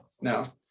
no